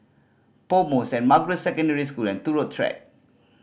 PoMo Saint Margaret Secondary School and Turut Track